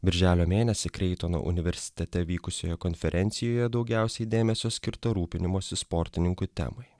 birželio mėnesį kreitono universitete vykusioje konferencijoje daugiausiai dėmesio skirta rūpinimosi sportininkų temai